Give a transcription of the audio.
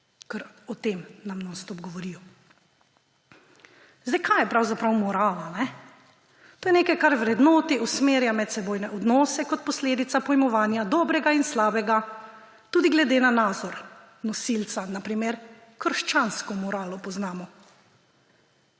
nam o tem nonstop govorijo. Kaj je pravzaprav morala? To je nekaj, kar vrednoti, usmerja medsebojne odnose kot posledica pojmovanja dobrega in slabega, tudi glede na nazor nosilca, na primer krščansko moralo poznamo.